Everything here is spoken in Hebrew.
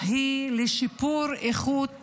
היא שיפור איכות